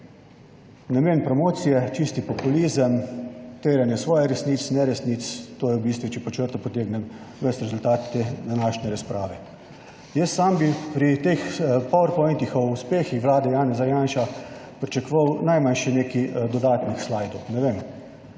Namen promocije, čisti populizem, terjanje svojih resnic, neresnic, to je v bistvu, če pod črto potegnem ves rezultat te današnje razprave. Jaz sam bi pri teh por pointih o uspehih vlade Janeza Janše pričakoval najmanj še nekaj dodatnih slaidov, ne vem.